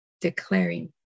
Declaring